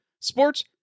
Sports